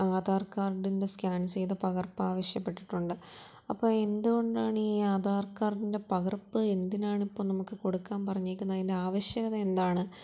ആധാർ കാർഡിൻ്റെ സ്കാൻ ചെയ്ത പകർപ്പ് ആവശ്യപ്പെട്ടിട്ടുണ്ട് അപ്പോള് എന്തുകൊണ്ടാണ് ഈ ആധാർ കാർഡിൻ്റെ പകർപ്പ് എന്തിനാണ് ഇപ്പോള് നമുക്കു കൊടുക്കാൻ പറഞ്ഞേക്കുന്നത് അതിൻ്റെ ആവശ്യകത എന്താണ്